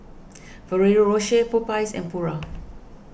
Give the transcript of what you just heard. Ferrero Rocher Popeyes and Pura